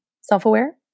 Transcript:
self-aware